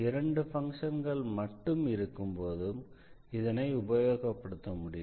இரண்டு பங்க்ஷன்கள் மட்டும் இருக்கும்போதும் இதனை உபயோகப்படுத்த முடியும்